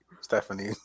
Stephanie